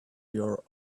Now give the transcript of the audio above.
your